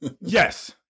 yes